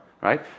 right